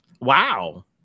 Wow